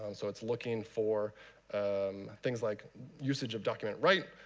and so it's looking for things like usage of document write,